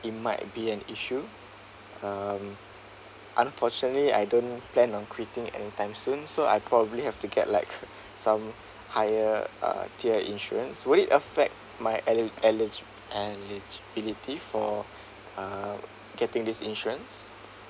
it might be an issue um unfortunately I don't plan on quiting anytime soon so I probably have to get like some higher uh tier insurance will it affect my elig~ eligi~ eligibility for uh getting this insurance